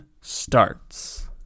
starts